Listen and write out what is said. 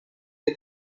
que